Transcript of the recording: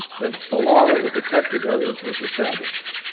that the law on the protected areas was established.